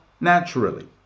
naturally